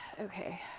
Okay